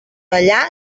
allà